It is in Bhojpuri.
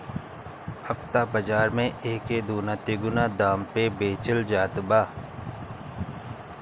अब त बाज़ार में एके दूना तिगुना दाम पे बेचल जात बा